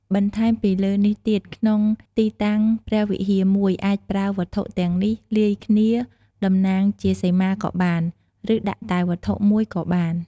បន្ថែមពីលើនេះទៀតក្នុងទីតាំងព្រះវិហារមួយ អាចប្រើវត្ថុទាំងនេះ លាយគ្នាដំណាងជាសីមាក៏បាន ឬដាក់តែវត្ថុ១ក៏បាន។